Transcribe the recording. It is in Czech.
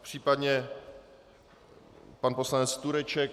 Případně pan poslanec Tureček?